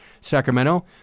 Sacramento